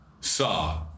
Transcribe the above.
Saw